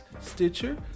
Stitcher